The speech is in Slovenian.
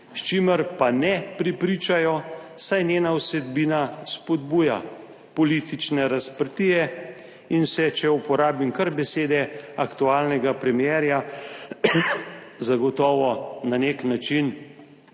s čimer pa ne prepričajo, saj njena vsebina spodbuja politične razprtije in se, če uporabim kar besede aktualnega premierja, zagotovo na nek način